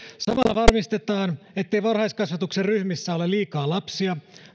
varmistetaan ettei varhaiskasvatuksen ryhmissä ole liikaa lapsia